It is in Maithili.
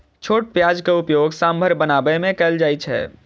छोट प्याजक उपयोग सांभर बनाबै मे कैल जाइ छै